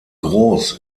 groß